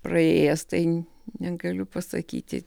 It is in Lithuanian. praėjęs tai negaliu pasakyti